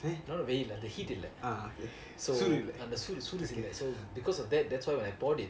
not lah வெயில் அந்த:veyil antha heat இல்ல:illa so அந்த சூடு இல்ல:antha soodu illa so because of that that's why when I poured it